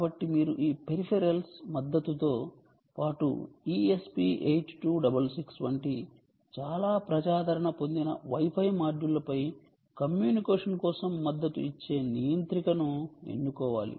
కాబట్టి మీరు ఈ పెరిఫెరల్స్ మద్దతుతో పాటు ESP 8266 వంటి చాలా ప్రజాదరణ పొందిన Wi Fi మాడ్యూళ్ళపై కమ్యూనికేషన్ కోసం మద్దతు ఇచ్చే నియంత్రికను ఎన్నుకోవాలి